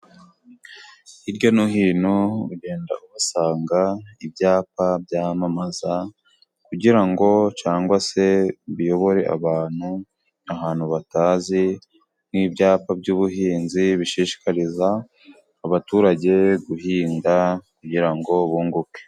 Hirya no hino ugenda uhasanga ibyapa byamamaza, kugira ngo cyangwa se bayobore abantu ahantu batazi, nk'ibyapa by'ubuhinzi bishishikariza abaturage guhinga kugira ngo bunguke.